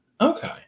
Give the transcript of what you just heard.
Okay